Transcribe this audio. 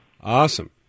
Awesome